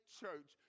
church